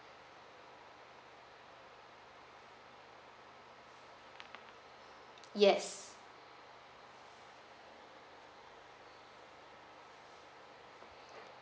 yes